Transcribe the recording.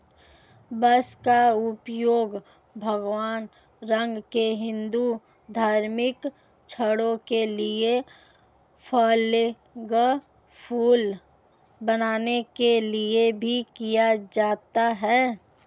बांस का उपयोग भगवा रंग के हिंदू धार्मिक झंडों के लिए फ्लैगपोल बनाने के लिए भी किया जाता है